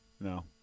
No